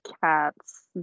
cats